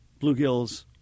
bluegills